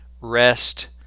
rest